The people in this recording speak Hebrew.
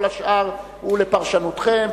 כל השאר הוא לפרשנותכם.